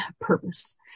purpose